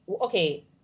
Okay